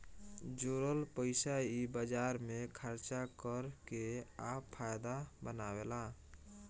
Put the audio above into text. जोरल पइसा इ बाजार मे खर्चा कर के आ फायदा बनावेले